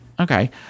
Okay